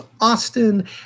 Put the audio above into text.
Austin